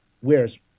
Whereas